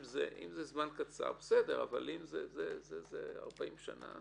אם זה זמן קצר אז בסדר, אבל אם זה 40 שנה?